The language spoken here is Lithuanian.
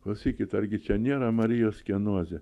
klausykit argi čia nėra marijos kienozė